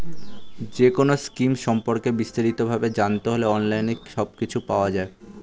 যেকোনো স্কিম সম্পর্কে বিস্তারিত ভাবে জানতে হলে অনলাইনে সবকিছু পাওয়া যায়